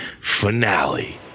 finale